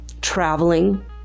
Traveling